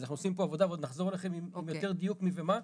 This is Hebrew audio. אז אנחנו עושים פה עבודה ועוד נחזור אליכם עם יותר דיוק מי ומה.